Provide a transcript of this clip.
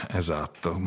esatto